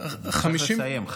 צריך לסיים.